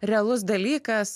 realus dalykas